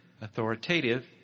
authoritative